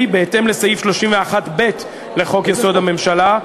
בהתאם לסעיף 31(ב) לחוק-יסוד: הממשלה,